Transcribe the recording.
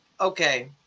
Okay